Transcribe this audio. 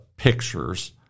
pictures